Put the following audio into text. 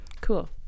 Cool